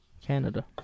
Canada